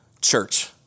church